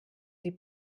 sie